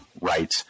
right